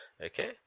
Okay